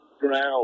ground